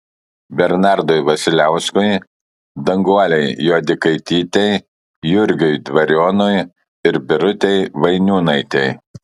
bernardui vasiliauskui danguolei juodikaitytei jurgiui dvarionui ir birutei vainiūnaitei